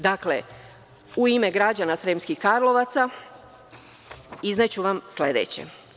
Dakle, u ime građana Sremskih Karlovaca, izneću vam sledeće.